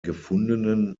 gefundenen